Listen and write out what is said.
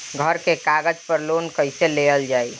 घर के कागज पर लोन कईसे लेल जाई?